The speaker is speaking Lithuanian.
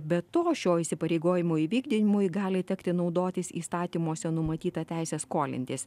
be to šio įsipareigojimo įvykdymui gali tekti naudotis įstatymuose numatyta teise skolintis